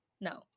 No